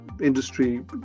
industry